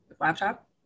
laptop